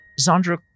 Zandra